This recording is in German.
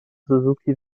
suzuki